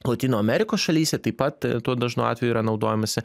lotynų amerikos šalyse taip pat tuo dažnu atveju yra naudojamasi